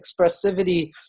expressivity